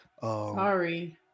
sorry